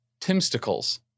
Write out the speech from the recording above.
timsticles